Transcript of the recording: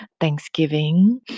Thanksgiving